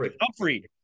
Humphrey